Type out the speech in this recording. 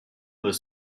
was